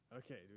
Okay